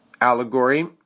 Allegory